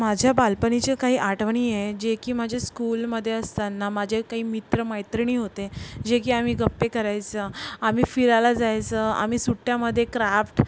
माझ्या बालपणीच्या काही आठवणी आहे जे की माझ्या स्कूलमध्ये असताना माझे काही मित्र मैत्रिणी होते जे की आम्ही गप्पे करायसा आम्ही फिरायला जायसं आम्ही सुट्ट्यामध्ये क्राफ्ट